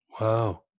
Wow